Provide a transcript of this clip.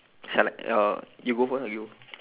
select or you go first ah you